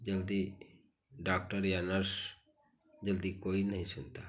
जल्दी डॉक्टर या नर्स जल्दी कोई नहीं सुनता